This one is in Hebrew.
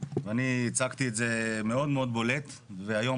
ואני הצגתי את זה מאוד מאוד בולט והיום